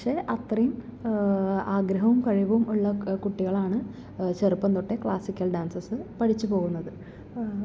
പക്ഷേ അത്രേം ആഗ്രഹോം കഴിവും ഉള്ള കുട്ടികളാണ് ചെറുപ്പം തൊട്ടെ ക്ലാസിക്കൽ ഡാൻസസ് പഠിച്ചു പോകുന്നത്